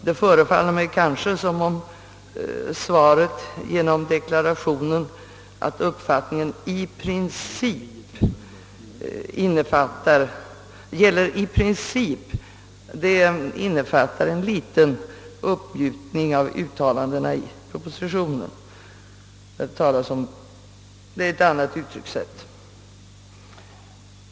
Det förefaller mig som om svaret genom deklarationen att uppfattningen gäller »i princip» innefattar en uppmjukning av uttalandena i propositionen.